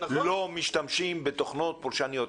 לא משתמשים בתוכנות פולשניות,